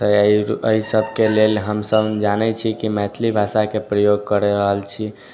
तऽ एहि सबके लेल हमसब जानैत छी कि मैथिली भाषाके प्रयोग करि रहल छी